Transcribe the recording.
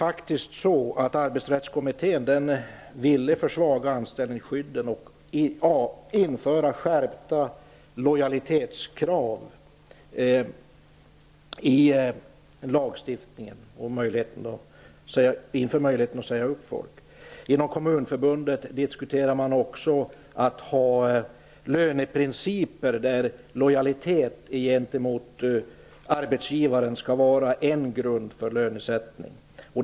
Arbetsrättskommittén ville faktiskt försvaga anställningsskyddet, införa skärpta lojalitetskrav i lagstiftningen och införa möjligheten att säga upp människor. Inom Kommunförbundet diskuterade man också löneprinciper där lojalitet gentemot arbetsgivaren skulle vara en grund för lönesättning.